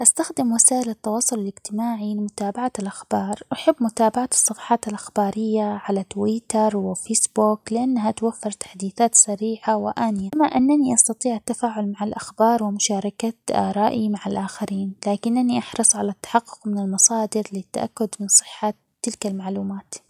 استخدم وسائل التواصل الإجتماعي لمتابعة الأخبار ،أحب متابعة الصفحات الإخبارية على تويتر ،وفيسبوك؛ لأنها توفر تحديثات سريعة ،وآنية، كما أنني استطيع التفاعل مع الأخبار ،ومشاركة أرائي مع الآخرين ،لكنني أحرص على التحقق من المصادر ؛للتأكد من صحة تلك المعلومات.